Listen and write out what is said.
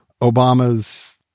Obama's